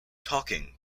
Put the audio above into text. talking